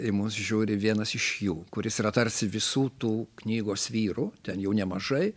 į mus žiūri vienas iš jų kuris yra tarsi visų tų knygos vyrų ten jau nemažai